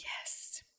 Yes